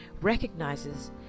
recognizes